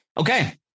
Okay